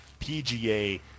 pga